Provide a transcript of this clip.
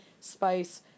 spice